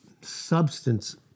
substance